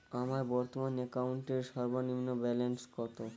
আমার বর্তমান অ্যাকাউন্টের সর্বনিম্ন ব্যালেন্স কত?